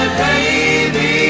baby